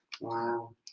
Wow